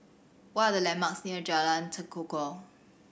what are the landmarks near Jalan Tekukor